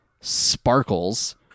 sparkles